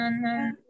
no